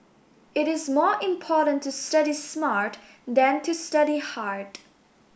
it is more important to study smart than to study hard